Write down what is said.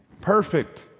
perfect